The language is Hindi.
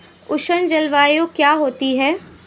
उष्ण जलवायु क्या होती है?